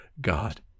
god